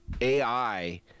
AI